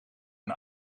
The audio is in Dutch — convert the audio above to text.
een